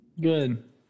Good